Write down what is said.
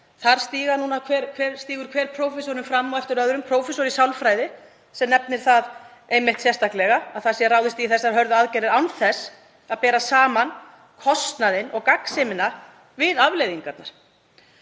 þar stígur fram hver prófessorinn á eftir öðrum, prófessor í sálfræði sem nefnir það einmitt sérstaklega að ráðist sé í þessar hörðu aðgerðir án þess að bera saman kostnaðinn og gagnsemina við afleiðingarnar.